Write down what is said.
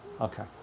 Okay